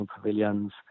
pavilions